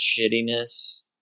shittiness